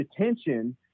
attention